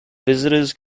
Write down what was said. visitors